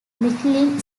michelin